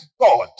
God